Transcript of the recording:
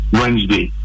wednesday